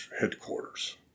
headquarters